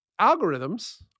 Algorithms